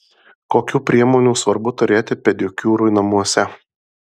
kokių priemonių svarbu turėti pedikiūrui namuose